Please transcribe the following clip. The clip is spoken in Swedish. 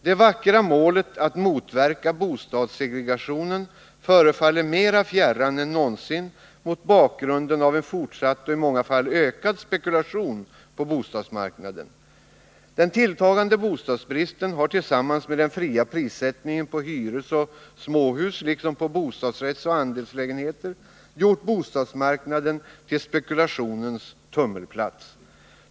Det vackra målet att motverka bostadssegregationen förefaller mera fjärran än någonsin mot bakgrunden av en fortsatt och i många fall ökad spekulation på bostadsmarknaden. Den tilltagande bostadsbristen har tillsammans med den fria prissättningen på hyresoch småhus liksom på bostadsrättsoch andelslägenheter gjort bostadsmarknaden till en spekulationens tummelplats.